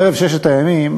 ערב ששת הימים,